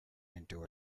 into